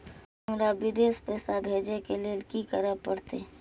हमरा विदेश पैसा भेज के लेल की करे परते?